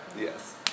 Yes